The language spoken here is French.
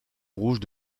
rouge